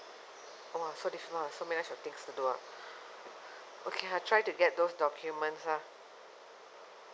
oh so this one so many of things to do ah okay lah I try to get those documents lah